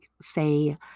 say